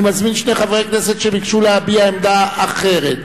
אני מזמין שני חברי כנסת שביקשו להביע עמדה אחרת.